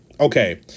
Okay